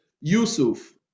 Yusuf